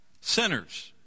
sinners